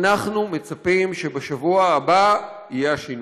אנחנו מצפים שבשבוע הבא יהיה השינוי.